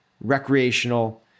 recreational